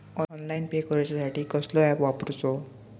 Online pay करूचा साठी कसलो ऍप वापरूचो?